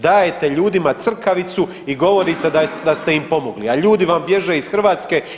Dajete ljudima crkavicu i govorite da ste im pomogli, a ljudi vam bježe iz Hrvatske.